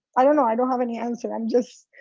i don't know. i don't have any answer. i'm just